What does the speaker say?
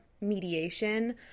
mediation